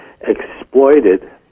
exploited